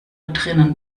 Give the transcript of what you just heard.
drinnen